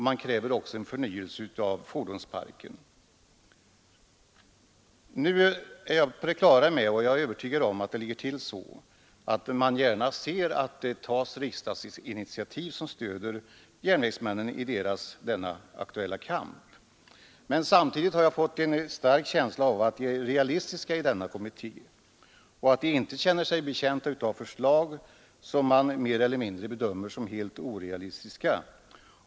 Man kräver också en förnyelse av fordonsparken. Nu är jag helt övertygad om att dessa järnvägsmän gärna ser att det tas riksdagsinitiativ som stöder dem i deras kamp. Men samtidigt har jag en stark känsla av att man är realistisk i kommittén och att man inte anser sig betjänt av förslag som måste bedömas som mer eller mindre orealistiska.